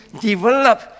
develop